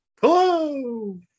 Hello